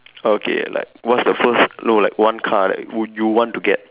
okay like what's the first no like one car like would you want to get